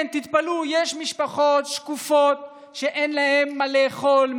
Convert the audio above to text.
כן, תתפלאו, יש משפחות שקופות שאין להן מה לאכול.